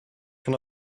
can